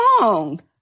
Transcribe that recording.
wrong